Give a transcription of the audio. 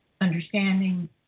understanding